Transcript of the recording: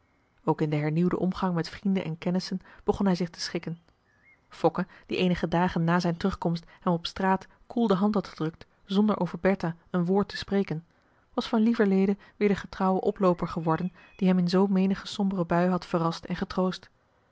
ook in den hernieuwden omgang met vrienden en kennissen begon hij zich te schikken fokke die eenige dagen na zijn terugkomst hem op straat koel de hand had gedrukt zonder over bertha een woord te spreken was van lieverlede weer de getrouwe oplooper geworden die hem in zoo menige sombere bui had verrast en getroost